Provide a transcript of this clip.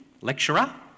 lecturer